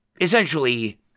essentially